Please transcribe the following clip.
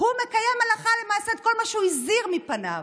הוא מקיים הלכה למעשה את כל מה שהוא הזהיר מפניו.